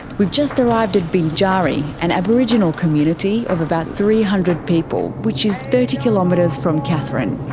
we've just arrived at binjari, an aboriginal community of about three hundred people which is thirty kilometres from katherine.